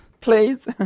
Please